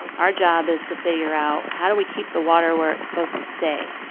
our job is to figure out, how do we keep the water where it's supposed to stay?